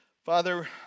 Father